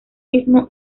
mismo